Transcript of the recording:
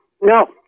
no